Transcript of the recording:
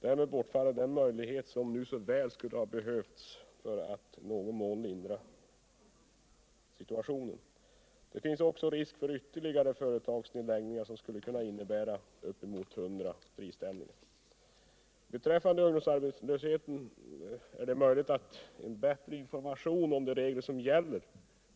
Därmed bortfaller den möjlighet som nu väl skulle ha behövts för att i någon mån lindra situationen. Risk föreligger också för ytterligare företagsnedläggningar. som skulle kunna innebära uppemot 100 friställningar. Beträffande ungdomsarbetslösheten är det möjligt att en bättre information om de regler som gäller